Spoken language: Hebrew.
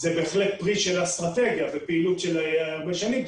זה בהחלט פרי של אסטרטגיה ופעילות של הרבה שנים,